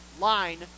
line